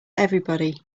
everybody